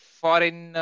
foreign